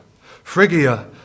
Phrygia